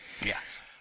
Yes